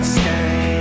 stay